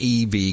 EV